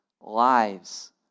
lives